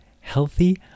healthy